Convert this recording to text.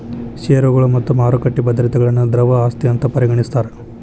ಷೇರುಗಳು ಮತ್ತ ಮಾರುಕಟ್ಟಿ ಭದ್ರತೆಗಳನ್ನ ದ್ರವ ಆಸ್ತಿ ಅಂತ್ ಪರಿಗಣಿಸ್ತಾರ್